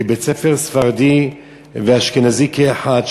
כבית-ספר ספרדי ואשכנזי כאחד,